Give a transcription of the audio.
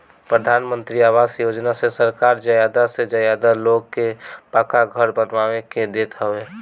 प्रधानमंत्री आवास योजना से सरकार ज्यादा से ज्यादा लोग के पक्का घर बनवा के देत हवे